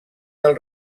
del